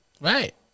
right